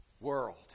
world